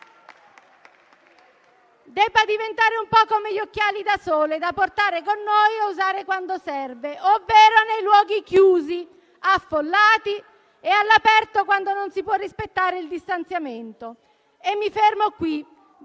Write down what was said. debba diventare un po' come gli occhiali da sole, da portare con noi e usare quando serve. Ovvero nei luoghi chiusi, affollati e all'aperto quando non si può rispettare il distanziamento». *(Commenti).*